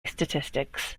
statistics